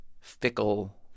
fickle